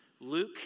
Luke